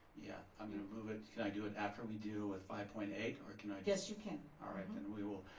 yeah, i'm gonna move it, can i do it after we deal with five point eight or can i? yes, you can. alright, then we will,